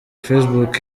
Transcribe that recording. facebook